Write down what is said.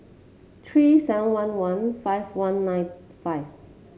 three seven one one five one nine five